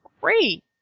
great